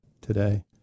today